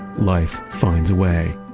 life finds a way.